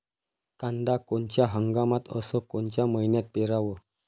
कांद्या कोनच्या हंगामात अस कोनच्या मईन्यात पेरावं?